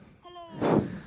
Hello